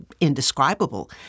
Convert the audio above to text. indescribable